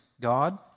God